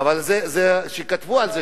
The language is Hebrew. לא, לא.